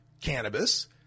cannabis